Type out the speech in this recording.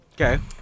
Okay